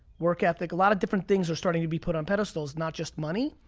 work ethic, a lot of different things are starting to be put on pedestals, not just money.